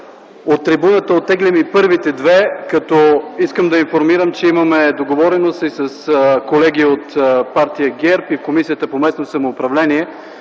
От трибуната оттеглям и първите две предложения, като искам да ви информирам, че имаме договорености с колеги от партия ГЕРБ и Комисията по местно самоуправление